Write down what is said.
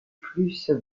plus